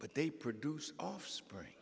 but they produce offspring